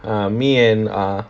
err me and err